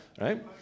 right